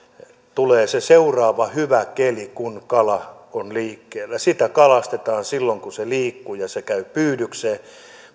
tulee se seuraava hyvä keli kun kala on liikkeellä sitä kalastetaan silloin kun se liikkuu ja se käy pyydykseen